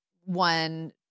one